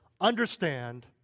understand